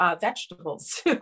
vegetables